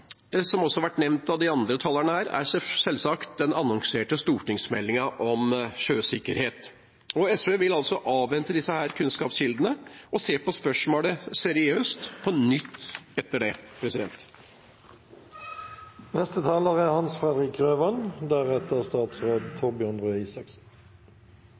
som også har vært nevnt av de andre talerne, er selvsagt den annonserte stortingsmeldinga om sjøsikkerhet. SV vil avvente disse kunnskapskildene og seriøst se på spørsmålet på nytt.